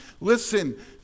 Listen